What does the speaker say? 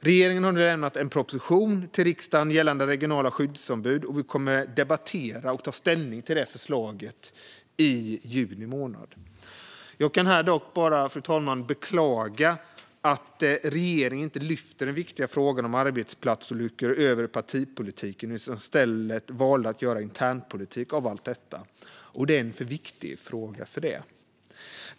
Regeringen har nu lämnat en proposition till riksdagen gällande regionala skyddsombud, och vi kommer att debattera och ta ställning till det förslaget i juni månad. Jag kan här dock bara, fru talman, beklaga att regeringen inte lyfter den viktiga frågan om arbetsplatsolyckor över partipolitiken utan i stället väljer att göra internpolitik av allt detta. Det är en för viktig fråga för det.